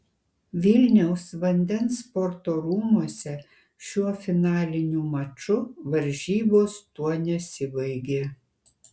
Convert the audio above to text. vilniaus vandens sporto rūmuose šiuo finaliniu maču varžybos tuo nesibaigė